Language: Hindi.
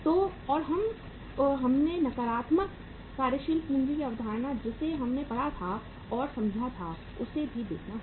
तो और हम हमने नकारात्मक कार्यशील पूंजी की अवधारणा जिसे हमने पढ़ा था और समझा था उसे भी देखना होगा